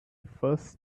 first